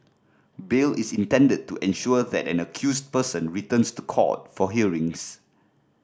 bail is intended to ensure that an accused person returns to court for hearings